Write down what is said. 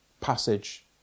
passage